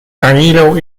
caïro